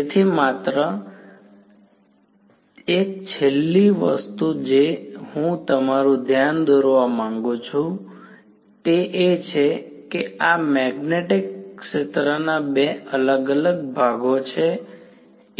તેથી માત્ર તેથી એક છેલ્લી વસ્તુ જે હું તમારું ધ્યાન દોરવા માંગુ છું તે એ છે કે આ મેગ્નેટિક ક્ષેત્રના બે અલગ અલગ ભાગો છે